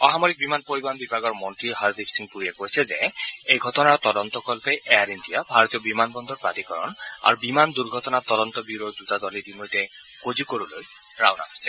অসামৰিক বিমান পৰিবহণ বিভাগৰ মন্ত্ৰী হৰদীপ সিং পুৰীয়ে কৈছে যে এই ঘটনাৰ তদন্তকল্পে এয়াৰ ইণ্ডিয়া ভাৰতীয় বিমানবন্দৰ প্ৰাধিকৰণ আৰু বিমান দুৰ্ঘটনা তদন্ত ব্যুৰ'ৰ দুটা দল ইতিমধ্যে কোঝিকোড়লৈ ৰাওনা হৈছে